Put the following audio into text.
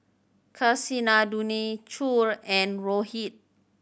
Kasinadhuni Choor and Rohit